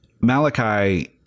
Malachi